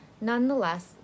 nonetheless